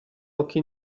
occhi